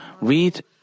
read